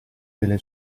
delle